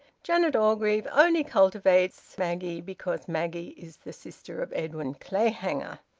janet orgreave only cultivates maggie because maggie is the sister of edwin clayhanger.